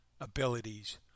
abilities